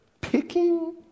picking